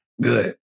Good